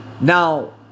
Now